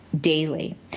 daily